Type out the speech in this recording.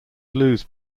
blues